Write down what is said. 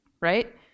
right